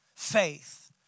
faith